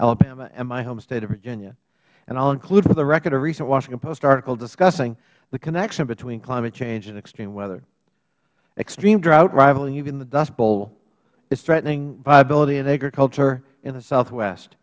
alabama and my home state of virginia and i will include for the record a recent washington post article discussing the connection between climate change and extreme weather extreme drought rivaling even the dust bowl is threatening viability in agriculture in the southwest